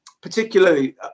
particularly